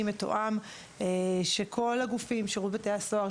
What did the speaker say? ומתואם של כל הגופים: שירות בתי הסוהר,